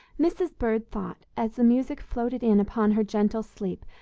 mrs. bird thought, as the music floated in upon her gentle sleep,